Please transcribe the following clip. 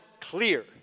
clear